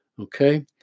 Okay